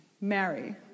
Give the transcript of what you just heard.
Mary